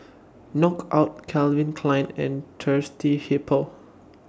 Knockout Calvin Klein and Thirsty Hippo